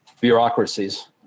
bureaucracies